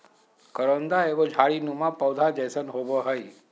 करोंदा एगो झाड़ी नुमा पौधा जैसन होबो हइ